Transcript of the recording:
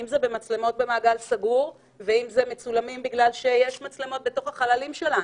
במצלמות במעגל סגור ובמצלמות בתוך החללים שלנו,